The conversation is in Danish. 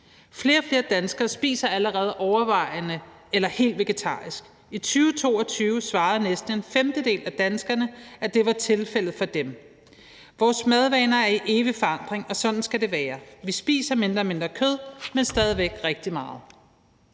Flere og flere danskere spiser allerede overvejende eller helt vegetarisk. I 2022 svarede næsten en femtedel af danskerne, at det var tilfældet for dem. Vores madvaner er i evig forandring, og sådan skal det være. Vi spiser mindre og mindre kød, men stadig væk rigtig meget.